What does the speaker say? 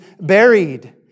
buried